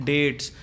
Dates